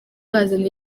bazanye